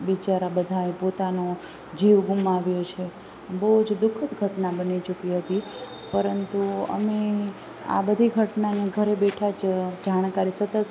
બિચારા બધાએ પોતાનો જીવ ગુમાવ્યો છે બહુ જ દુઃખદ ઘટના બની ચૂકી હતી પરંતુ અમે આ બધી ઘટનાને ઘરે બેઠાં જ જોયા જાણકારી સતત